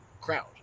crowd